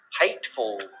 hateful